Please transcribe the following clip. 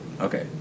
Okay